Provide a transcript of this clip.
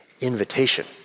invitation